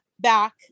back